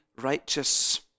righteous